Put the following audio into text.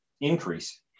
increase